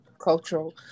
cultural